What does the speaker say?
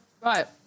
Right